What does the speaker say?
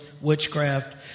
witchcraft